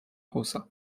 rosa